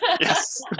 Yes